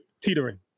teetering